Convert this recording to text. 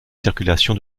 circulations